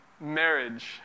marriage